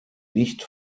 nicht